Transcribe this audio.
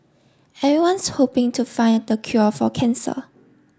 everyone's hoping to find the cure for cancer